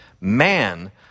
Man